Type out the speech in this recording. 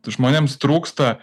žmonėms trūksta